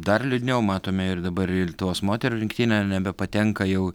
dar liūdniau matome ir dabar ir lietuvos moterų rinktinė nebepatenka jau